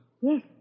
Yes